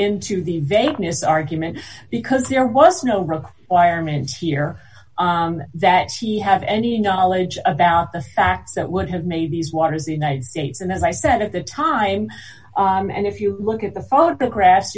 into the vagueness argument because there was no requirement here that she have any knowledge about the fact that would have made these waters the united states and as i said at the time and if you look at the photographs